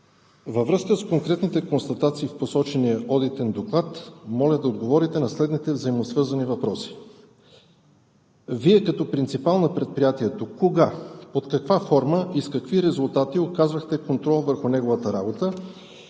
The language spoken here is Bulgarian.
Във връзка с конкретните констатации в посочения одитен доклад моля да отговорите на следните взаимосвързани въпроси. Вие като принципал на предприятието кога, под каква форма и с какви резултати оказвахте контрол върху неговата работа,